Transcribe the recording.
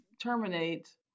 terminate